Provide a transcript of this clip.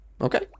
Okay